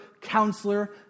counselor